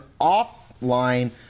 offline